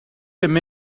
him